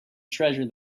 treasure